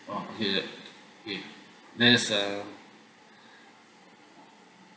oh okay is it okay there's a